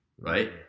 right